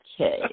Okay